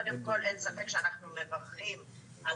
קודם כול אין ספק שאנחנו מברכים על